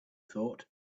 thought